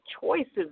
choices